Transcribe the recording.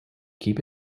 keep